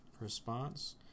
Response